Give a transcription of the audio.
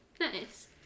Nice